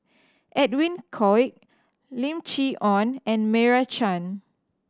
Edwin Koek Lim Chee Onn and Meira Chand